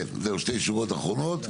שתי שורות אחרונות.